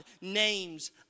names